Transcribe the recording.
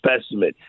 specimen